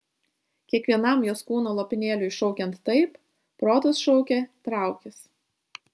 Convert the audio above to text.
kiekvienam jos kūno lopinėliui šaukiant taip protas šaukė traukis